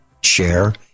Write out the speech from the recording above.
share